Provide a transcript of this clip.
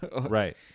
right